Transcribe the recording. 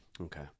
Okay